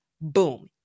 Boom